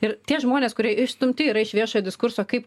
ir tie žmonės kurie išstumti yra iš viešojo diskurso kaip